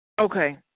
Okay